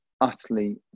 utterly